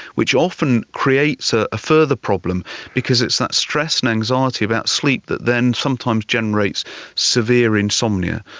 which often creates a further problem because it's that stress and anxiety about sleep that then sometimes generates severe insomnia.